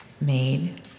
made